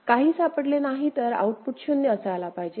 काही सापडले नाही तर आऊटपुट 0 असायाला पाहिजे